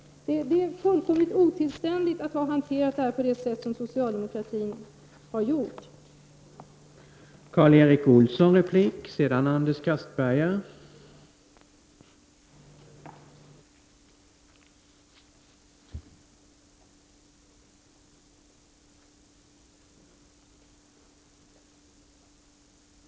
Det är fullkomligt otillständigt att hantera dessa frågor på det sätt som socialdemokratin har gjort.